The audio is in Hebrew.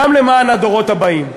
גם למען הדורות הבאים,